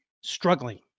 struggling